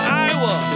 Iowa